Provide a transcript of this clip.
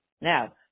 now